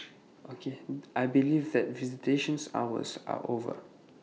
I believe that visitation hours are over